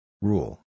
Rule